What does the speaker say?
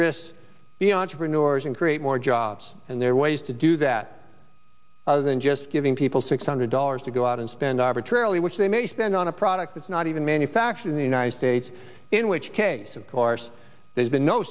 risks be entrepreneurs and create more jobs and they're ways to do that than just giving people six hundred dollars to go out and spend arbitrarily which they may spend on a product that's not even manufactured in the united states in which case of course there's been no